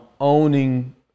owning